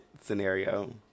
scenario